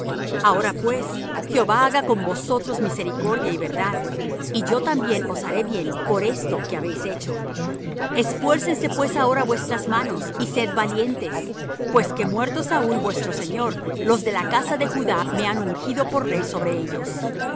ahora pues jehová haga con vosotros misericordia y verdad y yo también os haré bien por esto que habéis hecho esfuércense pues ahora vuestras manos y sed valientes pues que muerto saúl vuestro señor los de la casa de judá me han ungido por rey sobre ellos